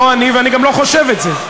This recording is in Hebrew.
לא אני, ואני גם לא חושב את זה.